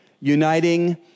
uniting